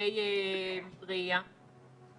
וכבדי ראייה?